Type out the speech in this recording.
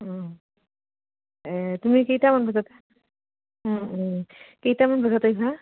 তুমি কেইটামান বজাতে কেইটামান বজাতে আহবা